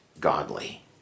godly